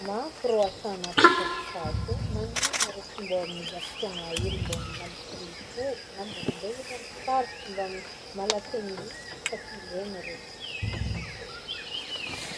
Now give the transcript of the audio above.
Mafy rô asagna takatokato e, magnigno ma rô tsy mbô mizaha fotoagna hely mbô malaky repos, na mbô mandeha hely amy faritra mba malaky aigny hely itako ilaigny rô zegny.